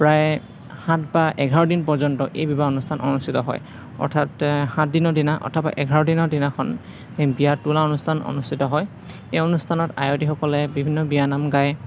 প্ৰায় সাত বা এঘাৰদিন পৰ্যন্ত এই বিবাহ অনুষ্ঠান অনুষ্ঠিত হয় অৰ্থাৎ সাতদিনৰ দিনা অথবা এঘাৰদিনৰ দিনাখন সেই বিয়া তোলা অনুষ্ঠান অনুষ্ঠিত হয় এই অনুষ্ঠানত আয়তীসকলে বিভিন্ন বিয়ানাম গায়